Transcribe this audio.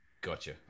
Gotcha